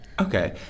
Okay